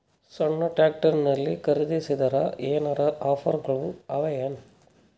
ಸಣ್ಣ ಟ್ರ್ಯಾಕ್ಟರ್ನಲ್ಲಿನ ಖರದಿಸಿದರ ಏನರ ಆಫರ್ ಗಳು ಅವಾಯೇನು?